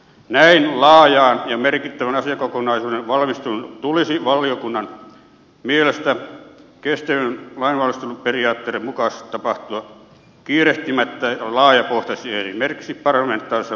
näin laajan ja merkittävän asiakokonaisuuden valmistelun tulisi valiokunnan mielestä kestävien lainvalmisteluperiaatteiden mukaisesti tapahtua kiirehtimättä ja laajapohjaisesti esimerkiksi parlamentaarisessa komiteassa